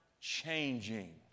changing